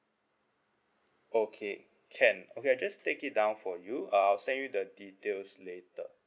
okay can okay I just take it down for you uh I'll send you the details later